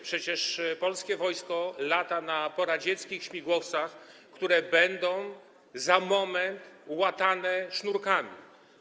Przecież polskie wojsko lata na poradzieckich śmigłowcach, które będą za moment łatane sznurkami.